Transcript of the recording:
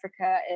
Africa